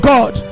God